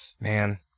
Man